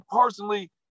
personally